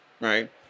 right